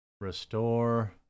Restore